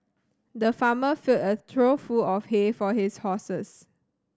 the farmer filled a trough full of hay for his horses